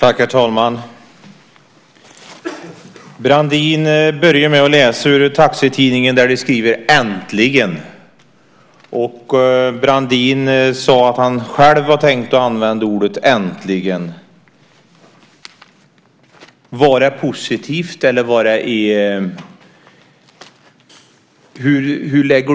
Herr talman! Brandin börjar med att läsa ur Taxitidningen där man skriver: Äntligen! Brandin sade att han själv hade tänkt använda ordet äntligen. Var det positivt, eller vad lägger